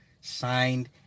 signed